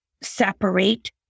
separate